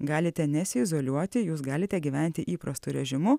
galite nesiizoliuoti jūs galite gyventi įprastu režimu